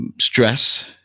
Stress